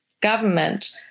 government